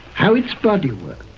how its body worked,